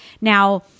Now